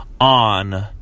on